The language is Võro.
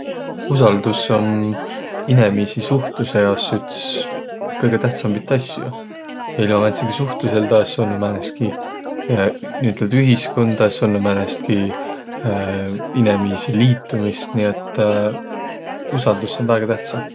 Usaldus om inemiisi suhtlusõ jaos üts kõgõ tähtsämbit asjo. Ilma määntsegi suhtlusõlda es olnuq määnestki niiüteldäq ühiskonda, es olnuq määnestki inemiisi liitümist, nii et usaldus om väega tähtsä.